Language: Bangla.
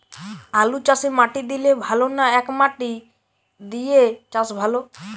আলুচাষে মাটি দিলে ভালো না একমাটি দিয়ে চাষ ভালো?